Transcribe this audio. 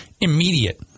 immediate